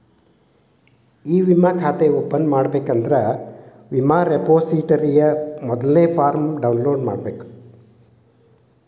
E ವಿಮಾ ಖಾತೆ open ಮಾಡಬೇಕಂದ್ರ ವಿಮಾ ರೆಪೊಸಿಟರಿಯ ಮೊದಲ್ನೇ ಫಾರ್ಮ್ನ ಡೌನ್ಲೋಡ್ ಮಾಡ್ಬೇಕ